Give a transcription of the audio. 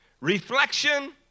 Reflection